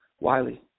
Wiley